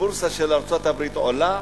הבורסה של ארצות-הברית עולה